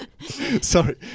Sorry